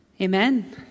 Amen